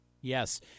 Yes